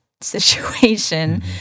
situation